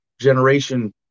generation